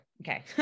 okay